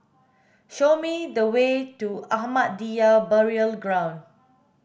show me the way to Ahmadiyya Burial Ground